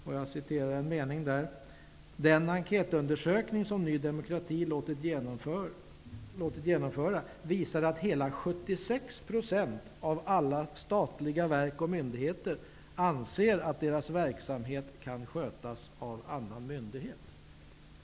Vi säger där att den enkätundersökning som Ny demokrati låtit genomföra visar att hela 76 % av alla statliga verk och myndigheter anser att deras verksamhet kan skötas av annan myndighet.